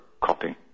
copying